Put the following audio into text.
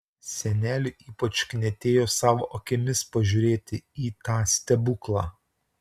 seneliui ypač knietėjo savo akimis pažiūrėti į tą stebuklą